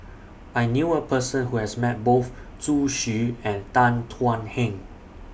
I knew A Person Who has Met Both Zhu Xu and Tan Thuan Heng